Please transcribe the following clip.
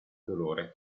dolore